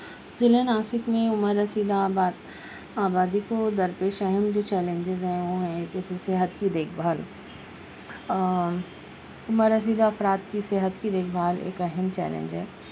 ضلع ناسک میں عمر رسیدہ آباد آبادی کو درپیش اہم جو چیلنجز ہیں وہ ہیں جیسے صحت کہ دیکھ بھال اور ہمارا ضلع افراد کی صحت کی دیکھ بھال ایک اہم چیلنج ہے